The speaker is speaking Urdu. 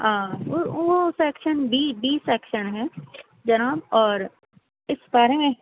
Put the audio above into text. وہ وہ سیکشن بی بی سیکشن ہے جناب اور اِس بارے میں